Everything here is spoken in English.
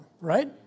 right